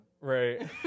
Right